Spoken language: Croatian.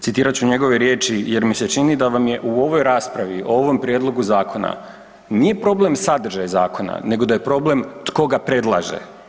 Citirat ću njegove riječi, jer mi se čini da vam je u ovoj raspravi, o ovom prijedlogu zakona nije problem sadržaj zakona, nego da je problem tko ga predlaže.